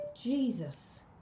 Jesus